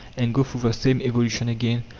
and go through the same evolution again?